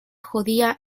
judía